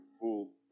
full